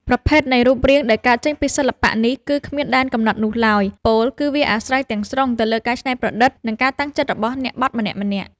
ប្រភេទនៃរូបរាងដែលកើតចេញពីសិល្បៈនេះ គឺគ្មានដែនកំណត់នោះឡើយ ពោលគឺវាអាស្រ័យទាំងស្រុងទៅលើការច្នៃប្រឌិត និងការតាំងចិត្តរបស់អ្នកបត់ម្នាក់ៗ។